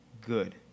good